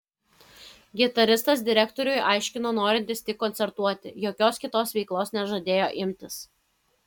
gitaristas direktoriui aiškino norintis tik koncertuoti jokios kitos veiklos nežadėjo imtis